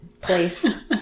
place